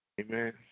Amen